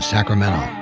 sacramento.